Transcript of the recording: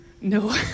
No